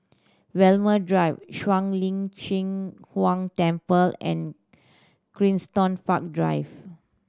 Walmer Drive Shuang Lin Cheng Huang Temple and Park Drive